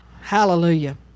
Hallelujah